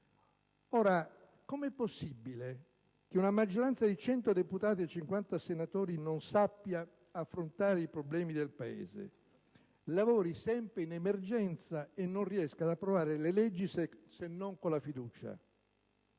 2011. Come è possibile che una maggioranza che ha un margine di 100 deputati e 50 senatori non sappia affrontare i problemi del Paese, lavori sempre in emergenza e non riesca ad approvare le leggi se non con la fiducia?